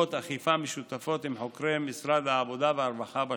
פעולות אכיפה משותפות עם חוקרי משרד העבודה והרווחה בשטח.